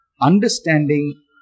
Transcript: Understanding